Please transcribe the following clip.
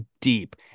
deep